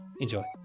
Enjoy